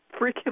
freaking